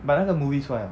but 那个 movie 出来了